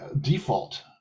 default